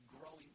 growing